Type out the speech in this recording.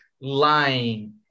lying